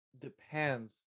depends